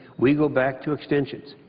we go back to extensions.